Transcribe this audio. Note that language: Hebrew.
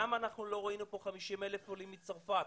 למה אנחנו לא ראינו כאן 50,000 עולים מצרפת?